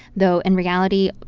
though, in reality,